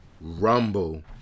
Rumble